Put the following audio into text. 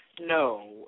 No